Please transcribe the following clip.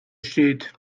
steht